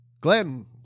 glenn